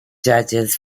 judges